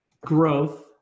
growth